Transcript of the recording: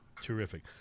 Terrific